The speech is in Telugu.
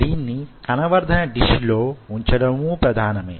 దీన్ని కణవర్ధన డిష్ లో ఉంచడమూ ప్రధానమే